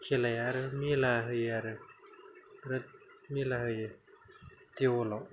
खेलाया आरो मेला होयो बिराद मेला होयो देवलाव